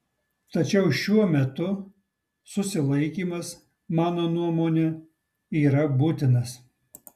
tačiau šuo metu susilaikymas mano nuomone yra būtinas